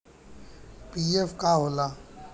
PF का होला?